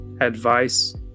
advice